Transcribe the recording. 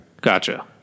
Gotcha